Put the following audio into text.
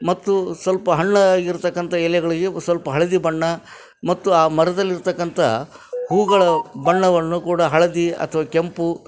ಮತ್ತು ಸ್ವಲ್ಪ ಹಣ್ಣಾಗಿರತಕ್ಕಂಥ ಎಲೆಗಳಿಗೆ ಸ್ವಲ್ಪ ಹಳದಿ ಬಣ್ಣ ಮತ್ತು ಆ ಮರದಲ್ಲಿರತಕ್ಕಂಥ ಹೂಗಳ ಬಣ್ಣವನ್ನು ಕೂಡ ಹಳದಿ ಅಥ್ವಾ ಕೆಂಪು